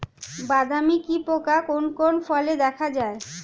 বাদামি কি পোকা কোন কোন ফলে দেখা যায়?